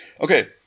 Okay